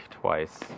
Twice